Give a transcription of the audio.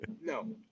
no